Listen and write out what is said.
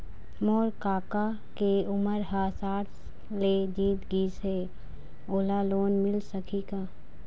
मोर कका के उमर ह साठ ले जीत गिस हे, ओला लोन मिल सकही का?